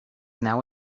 now